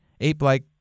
ape-like